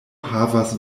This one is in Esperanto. havas